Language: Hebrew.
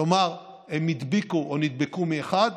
כלומר, הם הדביקו או נדבקו מאחד.